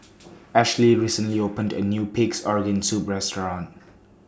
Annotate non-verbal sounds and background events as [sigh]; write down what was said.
[noise] Ashlie recently opened A New Pig'S Organ Soup Restaurant